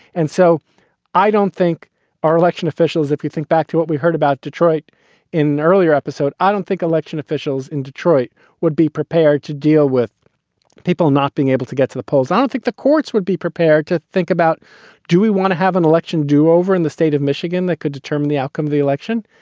and so i don't think our election officials, if you think back to what we heard about detroit in an earlier episode, i don't think election officials in detroit would be prepared to deal with people not being able to get to the polls. i don't um think the courts would be prepared to think about do we want to have an election do over in the state of michigan that could determine the outcome of the election?